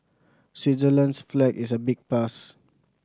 Switzerland's flag is a big plus